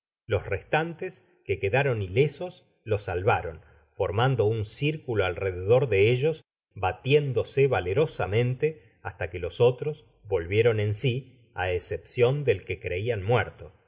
les restantes que quedaron ilesos los salvaron formando un circulo alrededor de ellos batiéndose valoro samente hasta que los otros volvieron en si á escepcion del que creian muerto